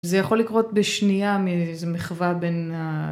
זה יכול לקרות בשנייה מאיזו מחווה בין ה